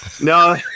No